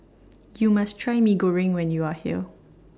YOU must Try Mee Goreng when YOU Are here